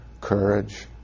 courage